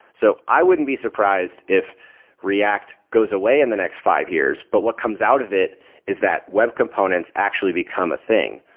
so i wouldn't be surprised if react goes away in the next five years, but what comes out of it is that web components actually become a thing.